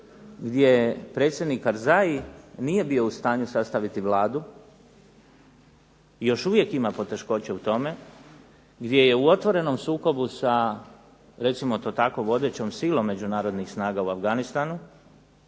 je predsjednik Karzai nije bio u stanju sastaviti vladu. I još uvijek ima poteškoća u tome, gdje je u otvorenom sukobu sa recimo to tako vodećom silom međunarodnih snaga u Afganistanu.